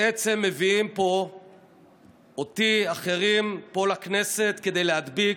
בעצם מביאים אותי ואחרים פה לכנסת כדי להדביק,